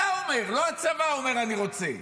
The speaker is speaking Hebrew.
אתה אומר, לא הצבא אומר אני רוצה.